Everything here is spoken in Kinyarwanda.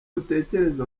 utekereze